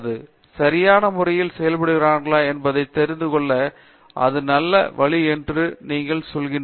பேராசிரியர் பிரதாப் ஹரிடாஸ் சரியான முறையில் செயல்படுகிறார்களா என்பதை தெரிந்துகொள்ள இது நல்லதொரு வழி என்று நீங்கள் சொல்கிறீர்கள்